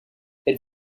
elle